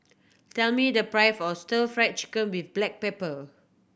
tell me the price of Stir Fried Chicken with black pepper